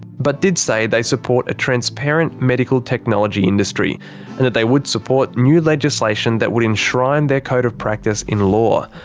but did say they support a transparent medical technology industry and that they would support new legislation that would enshrine their code of practice in law,